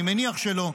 אני מניח שלא.